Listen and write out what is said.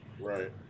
right